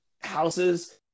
houses